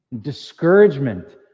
Discouragement